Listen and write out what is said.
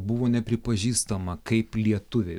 buvo nepripažįstama kaip lietuviai